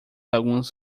alguns